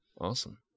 Awesome